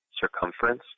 circumference